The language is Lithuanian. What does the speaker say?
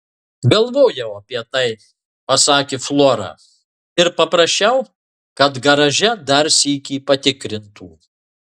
galvojau apie tai pasakė flora ir paprašiau kad garaže dar sykį patikrintų